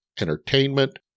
entertainment